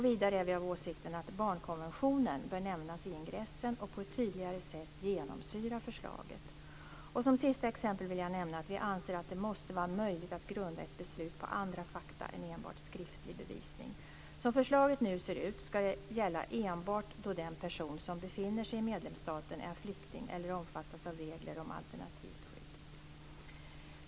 Vidare är vi av åsikten att barnkonventionen bör nämnas i ingressen och på ett tydligare sätt genomsyra förslaget. Som sista exempel vill jag nämna att vi anser att det måste vara möjligt att grunda ett beslut på andra fakta än enbart skriftlig bevisning. Som förslaget nu ser ut ska detta gälla enbart då den person som befinner sig i medlemsstaten är flykting eller omfattas av regler om alternativt skydd .